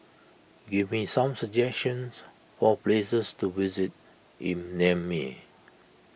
give me some suggestions for places to visit in Niamey